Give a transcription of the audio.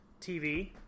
TV